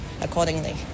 accordingly